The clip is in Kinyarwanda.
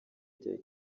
rya